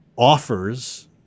offers